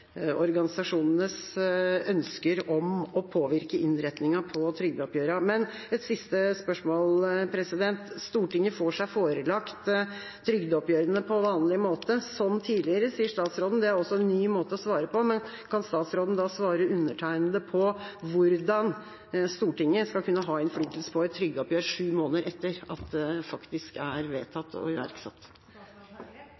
ønsker om å påvirke innretningen på trygdeoppgjørene. Et siste spørsmål: Stortinget får seg forelagt trygdeoppgjørene på vanlig måte, som tidligere, sier statsråden. Det er også en ny måte å svare på. Kan statsråden da svare undertegnede på hvordan Stortinget skal kunne ha innflytelse på et trygdeoppgjør sju måneder etter at det faktisk er